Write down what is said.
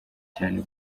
cyane